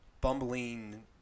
bumbling